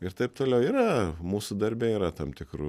ir taip toliau yra mūsų darbe yra tam tikrų